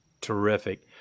Terrific